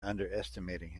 underestimating